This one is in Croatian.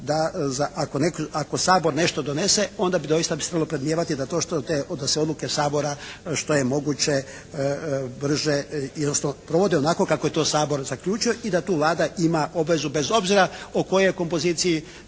ako Sabor nešto donese onda bi doista bi se trebalo predmnijevati da to što te, da se odluke Sabora što je moguće brže, odnosno provode onako kako je to Sabor zaključio i da tu Vlada ima obvezu bez obzira o kojoj je kompoziciji